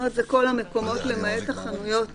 מדובר כאן בכל המקומות למעט החנויות